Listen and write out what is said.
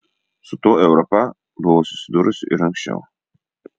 su tuo europa buvo susidūrusi ir anksčiau